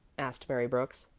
asked mary brooks.